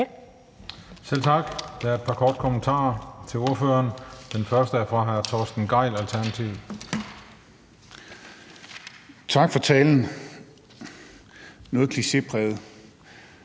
Selv tak. Der er et par korte bemærkninger til ordføreren. Den første er fra hr. Torsten Gejl, Alternativet. Kl. 16:50 Torsten